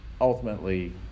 ultimately